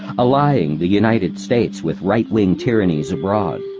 allying the united states with right-wing tyrannies abroad.